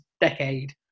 decade